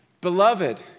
Beloved